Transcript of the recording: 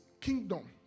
kingdom